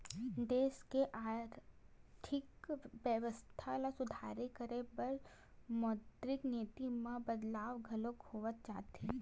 देस के आरथिक बेवस्था ल सुधार करे बर मौद्रिक नीति म बदलाव घलो होवत जाथे